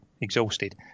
exhausted